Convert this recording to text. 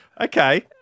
Okay